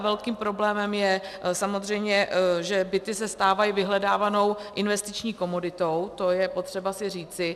Velkým problémem je ale samozřejmě to, že byty se stávají vyhledávanou investiční komoditou, to je potřeba si říci.